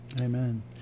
Amen